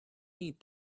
need